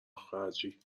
خرجی